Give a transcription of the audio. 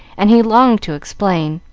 and he longed to explain.